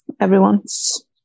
everyone's